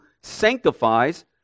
sanctifies